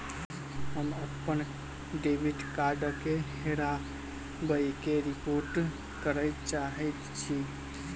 हम अप्पन डेबिट कार्डक हेराबयक रिपोर्ट करय चाहइत छि